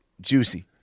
Juicy